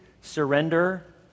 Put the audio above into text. surrender